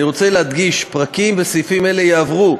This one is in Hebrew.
אני רוצה להדגיש: פרקים וסעיפים אלה יעברו,